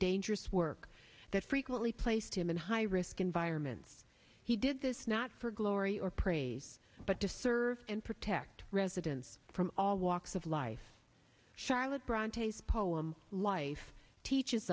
dangerous work that frequently placed him in high risk environments he did this not for glory or praise but to serve and protect residents from all walks of life charlotte bronte poem life teaches